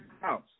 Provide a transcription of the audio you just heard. house